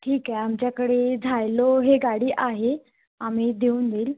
ठीक आहे आमच्याकडे झायलो हे गाडी आहे आम्ही देऊन देईल